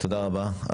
תודה רבה.